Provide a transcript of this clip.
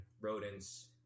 rodents